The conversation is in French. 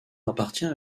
appartient